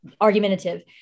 argumentative